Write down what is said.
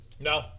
No